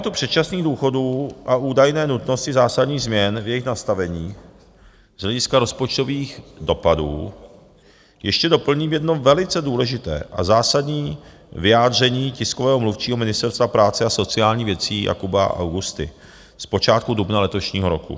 K tématu předčasných důchodů a údajné nutnosti zásadních změn v jejich nastavení z hlediska rozpočtových dopadů ještě doplním jedno velice důležité a zásadní vyjádření tiskového mluvčího Ministerstva práce a sociálních věcí Jakuba Augusty z počátku dubna letošního roku.